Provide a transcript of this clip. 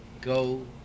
Go